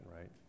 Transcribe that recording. right